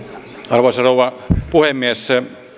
arvoisa rouva puhemies